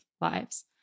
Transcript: lives